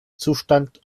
zustand